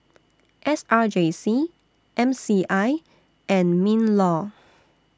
S R J C M C I and MINLAW